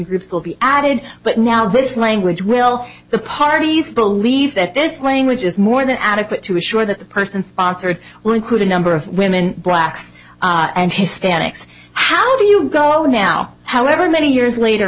groups will be added but now this language will the parties bill leave that this language is more than adequate to assure the person sponsored will include a number of women blacks and hispanics how do you go now however many years later